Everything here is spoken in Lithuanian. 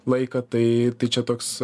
laiką tai čia toks